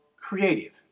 creative